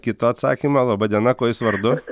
kito atsakymo laba diena kuo jūs vardu